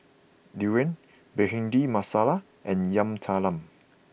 Durian Bhindi Masala and Yam Talam